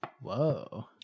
Whoa